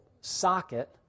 socket